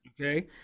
Okay